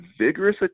vigorous